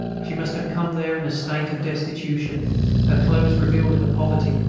she must have come there in a state of destitution her clothes revealed her poverty.